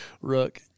Rook